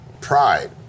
pride